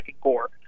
core